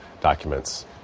documents